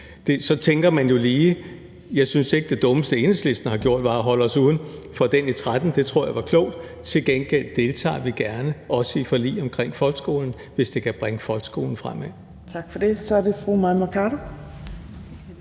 Så tænker man jo lige: Jeg synes ikke, det dummeste, Enhedslisten har gjort, var at holde sig uden for den i 2013 – det tror jeg var klogt. Til gengæld deltager vi gerne, også i forlig omkring folkeskolen, hvis det kan bringe folkeskolen fremad. Kl. 15:59 Fjerde næstformand